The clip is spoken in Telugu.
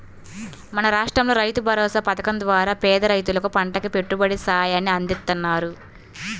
మన రాష్టంలో రైతుభరోసా పథకం ద్వారా పేద రైతులకు పంటకి పెట్టుబడి సాయాన్ని అందిత్తన్నారు